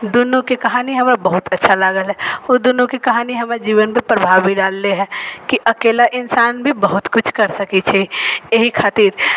दुनू के कहानी हमरा बहुत अच्छा लागल हँ ओ दुनू के कहानी हमरा जीवन पर प्रभाव भी डालले है कि अकेला इंसान भी बहुत कुछ कर सकै छै एहि खातिर